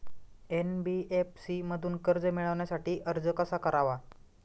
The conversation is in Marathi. एन.बी.एफ.सी मधून कर्ज मिळवण्यासाठी अर्ज कसा करावा?